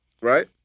Right